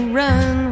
run